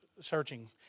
searching